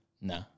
No